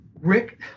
Rick